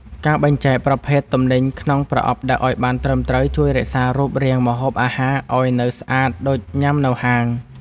ការបែងចែកប្រភេទទំនិញក្នុងប្រអប់ដឹកឱ្យបានត្រឹមត្រូវជួយរក្សារូបរាងម្ហូបអាហារឱ្យនៅស្អាតដូចញ៉ាំនៅហាង។